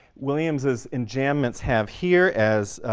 williams's enjambments have here, as